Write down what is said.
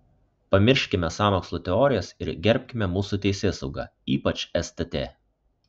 pamirškime sąmokslo teorijas ir gerbkime mūsų teisėsaugą ypač stt